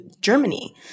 Germany